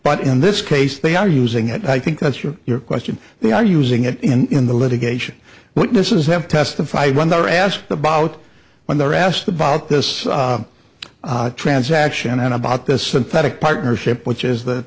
but in this case they are using it i think that's for your question they are using it in the litigation witnesses have testified when they were asked about when they're asked about this transaction and about this synthetic partnership which is th